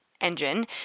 Engine